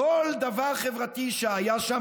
כל דבר חברתי שהיה שם,